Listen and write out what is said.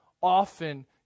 often